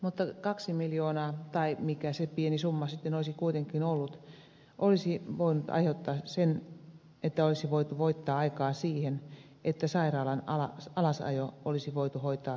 mutta kaksi miljoonaa tai mikä se pieni summa sitten olisi kuitenkin ollut olisi voinut aiheuttaa sen että olisi voitu voittaa aikaa siihen että sairaalan alasajo olisi voitu hoitaa inhimillisesti